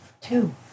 Two